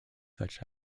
such